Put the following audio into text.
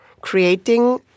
creating